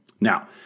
Now